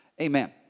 amen